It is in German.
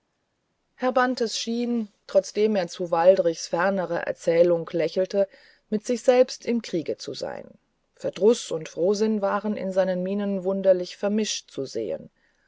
vater bantes schien trotzdem er zu waldrichs ferneren erzählungen lächelte mit sich selbst im kriege zu sein verdruß und frohsinn waren in seinen mienen wunderlich vermischt zu sehen